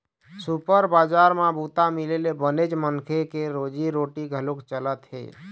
super बजार म बूता मिले ले बनेच मनखे के रोजी रोटी घलोक चलत हे